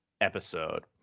episode